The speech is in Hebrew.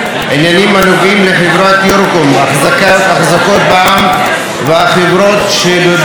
הנוגעים לחברת יורוקום אחזקות בע"מ והחברות שבבעלותה